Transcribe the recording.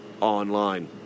online